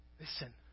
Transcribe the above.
Listen